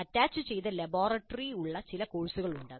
അറ്റാച്ചുചെയ്ത laboratory ഉള്ള ചില കോഴ്സുകൾ ഉണ്ട്